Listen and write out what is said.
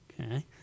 Okay